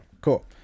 cool